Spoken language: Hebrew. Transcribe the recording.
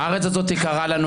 הארץ הזאת יקרה לנו,